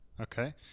Okay